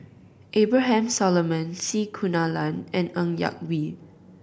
Abraham Solomon C Kunalan and Ng Yak Whee